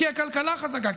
כי הכלכלה חזקה,